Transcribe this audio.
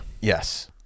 yes